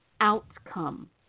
outcome